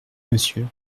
monsieur